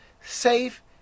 safe